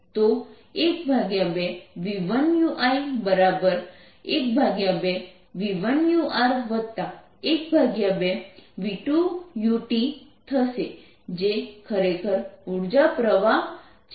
તો 12v1uI12v1uR12v2uT થશે જે ખરેખર ઉર્જા પ્રવાહ છે